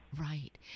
Right